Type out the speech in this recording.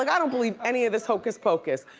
like i don't believe any of this hocus pocus.